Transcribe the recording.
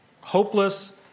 hopeless